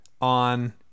on